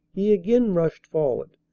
he again rushed forward,